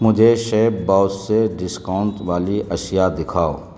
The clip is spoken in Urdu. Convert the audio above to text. مجھے شیپ باؤس سے ڈسکاؤنٹ والی اشیاء دکھاؤ